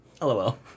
LOL